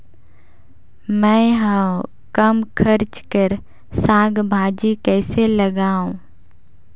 मैं हवे कम खर्च कर साग भाजी कइसे लगाव?